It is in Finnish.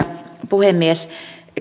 puhemies